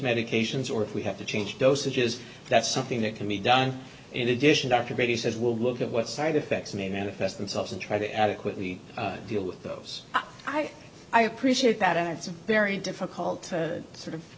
medications or if we have to change dosages that's something that can be done in addition dr grady says will look at what side effects may manifest themselves and try to adequately deal with those i i appreciate that and it's very difficult to sort of